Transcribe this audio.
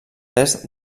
est